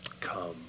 Come